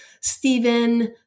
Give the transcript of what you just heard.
Stephen